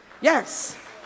Yes